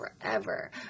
forever